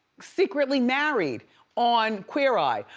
secretly married on queer eye,